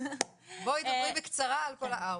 בואי תאמרי בקצרה על כל הארבע.